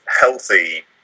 healthy